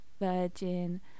virgin